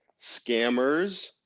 scammers